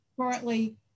currently